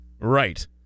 Right